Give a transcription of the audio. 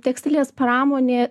tekstilės pramonė